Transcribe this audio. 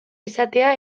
izatea